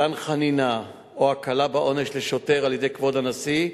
מתן חנינה או הקלה בעונש לשוטר על-ידי כבוד הנשיא,